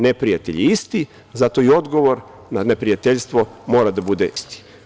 Neprijatelj je isti, zato i odgovor na neprijateljstvo mora da bude isti.